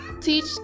teach